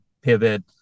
pivot